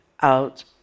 out